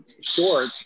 short